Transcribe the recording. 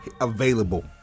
Available